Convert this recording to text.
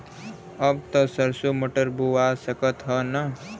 अब त सरसो मटर बोआय सकत ह न?